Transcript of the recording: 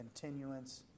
continuance